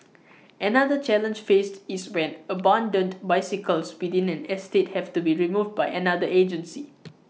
another challenge faced is when abandoned bicycles within an estate have to be removed by another agency